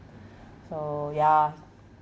so ya